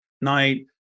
night